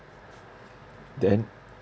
then